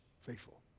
faithful